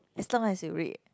as long as you read